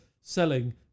selling